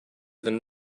than